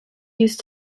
used